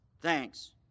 Thanks